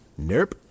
Nerp